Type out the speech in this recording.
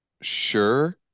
Sure